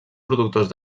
productors